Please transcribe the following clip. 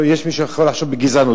יש מי שיכול לחשוד בגזענות.